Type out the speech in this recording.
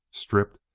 stripped,